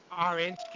Orange